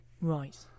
Right